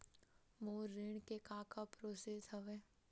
मोर ऋण के का का प्रोसेस हवय?